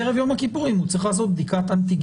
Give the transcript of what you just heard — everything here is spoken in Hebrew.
והוא יודע שבערב יום הכיפורים הוא צריך לעשות בדיקת אנטיגן.